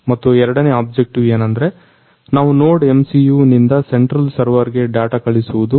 ಮತ್ತು ಎರಡನೇ ಆಬ್ಜೆಕ್ಟಿವ್ ಎನಂದ್ರೆ ನಾವು NodeMCU ನಿಂದ ಸೆಂಟ್ರಲ್ ಸರ್ವರ್ ಗೆ ಡಾಟ ಕಳಿಸುವುದು